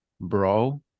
Bro